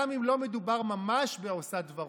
גם אם לא מדובר בעושת דברו,